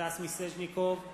סטס מיסז'ניקוב,